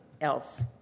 else